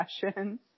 fashion